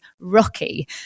Rocky